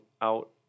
out